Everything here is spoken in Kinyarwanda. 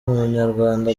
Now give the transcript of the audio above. munyarwanda